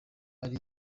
ari